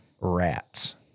rats